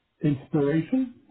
inspiration